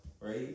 right